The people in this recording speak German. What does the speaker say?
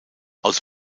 aus